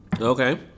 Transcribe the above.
Okay